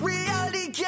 Reality